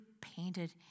painted